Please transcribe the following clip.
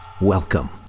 Welcome